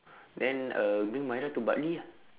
then uh bring mairah to bartley ah